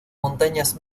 montañas